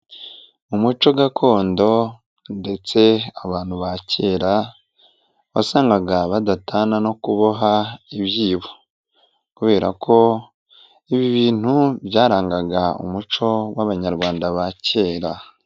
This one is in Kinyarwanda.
Mu muco gakondo ndetse abantu ba kera wasangaga badatana no kuboha ibyibo, kubera ko ibi bintu byarangaga umuco w'Abanyarwanda ba kera.